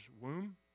womb